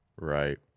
Right